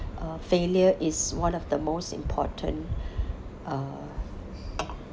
uh failure is one of the most important uh